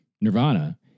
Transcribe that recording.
Nirvana